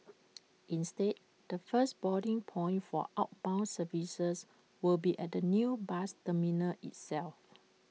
instead the first boarding point for outbound services will be at the new bus terminal itself